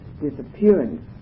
disappearance